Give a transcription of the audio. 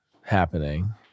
happening